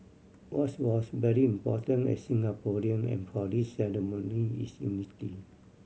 what's was very important as Singaporean and for this ceremony is unity